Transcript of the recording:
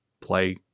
play